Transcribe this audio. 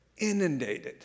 inundated